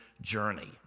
journey